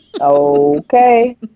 Okay